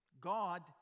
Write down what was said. God